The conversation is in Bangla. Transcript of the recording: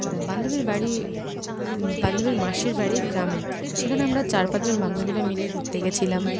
বান্ধবীর বাড়ি বান্ধবীর মাসির বাড়ি গ্রামে সেখানে আমরা চার পাঁচজন বান্ধবীরা মিলে ঘুরতে গিয়েছিলাম